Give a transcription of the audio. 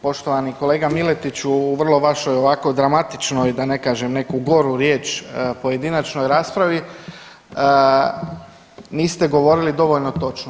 Poštovani kolega Miletiću u vrlo vašoj ovako dramatičnoj, da ne kažem neku goru riječ pojedinačnoj raspravi niste govorili dovoljno točno.